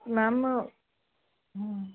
ma'am ਹੂੰ